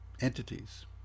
entities